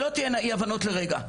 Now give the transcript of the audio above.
אוקי, שלא תהינה אי הבנות לרגע.